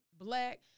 black